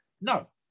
No